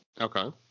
Okay